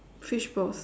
fishballs